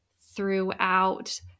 throughout